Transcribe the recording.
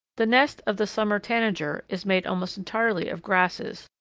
the nest of the summer tanager is made almost entirely of grasses,